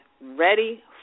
Ready